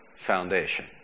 foundation